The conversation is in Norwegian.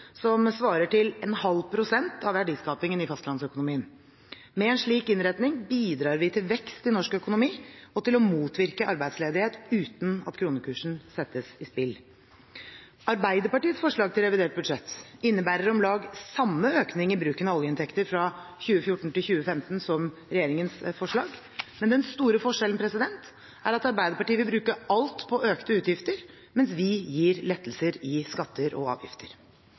som svaret til ½ pst. av verdiskapingen i fastlandsøkonomien. Med en slik innretning bidrar vi til vekst i norsk økonomi og til å motvirke arbeidsledigheten uten at kronekursen settes i spill. Arbeiderpartiets forslag til revidert budsjett innebærer om lag samme økning i bruken av oljeinntekter fra 2014 til 2015 som regjeringens forslag. Den store forskjellen er at Arbeiderpartiet vil bruke alt på økte utgifter, mens vi gir lettelser i skatter og avgifter.